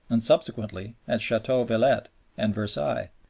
and subsequently at chateau villette and versailles,